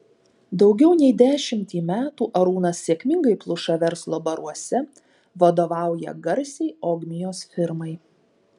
daugiau nei dešimtį metų arūnas sėkmingai pluša verslo baruose vadovauja garsiai ogmios firmai